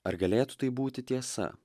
ar galėtų tai būti tiesa